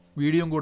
video